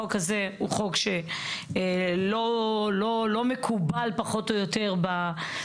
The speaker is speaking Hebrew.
החוק הזה הוא חוק שלא מקובל פחות או יותר בממשלות,